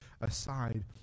aside